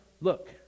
look